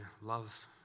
love